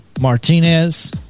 Martinez